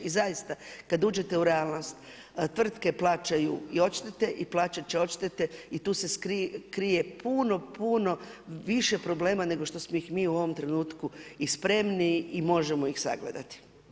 I zaista, kada uđete u realnost, tvrtke plaćaju i odštete i plaćati će odštete i tu se krije puno, puno više problema, nego što smo ih mi u ovom trenutku i spremniji i možemo ih sagledati.